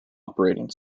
operating